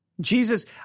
Jesus